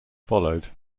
followed